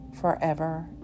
forever